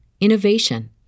innovation